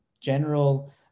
general